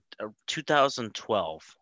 2012